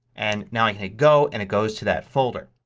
and now i hit go and it goes to that folder.